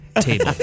table